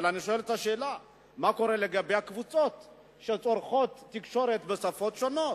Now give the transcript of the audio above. אבל אני שואל את השאלה: מה לגבי הקבוצות שצורכות תקשורת בשפות שונות?